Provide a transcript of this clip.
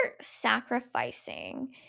sacrificing